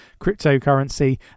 cryptocurrency